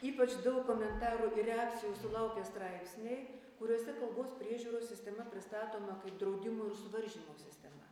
ypač daug komentarų ir reakcijų sulaukia straipsniai kuriuose kalbos priežiūros sistema pristatoma kaip draudimų ir suvaržymų sistema